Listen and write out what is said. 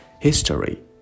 history